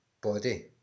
body